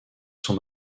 son